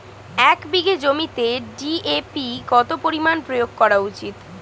এক বিঘে জমিতে ডি.এ.পি কত পরিমাণ প্রয়োগ করা উচিৎ?